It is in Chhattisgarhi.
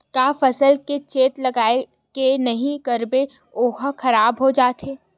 का फसल के चेत लगय के नहीं करबे ओहा खराब हो जाथे?